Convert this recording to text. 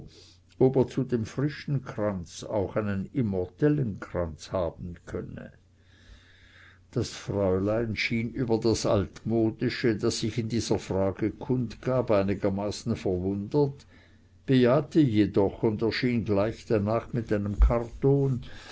ob er zu dem frischen kranz auch einen immortellenkranz haben könne das fräulein schien über das altmodische das sich in dieser frage kundgab einigermaßen verwundert bejahte jedoch und erschien gleich danach mit einem karton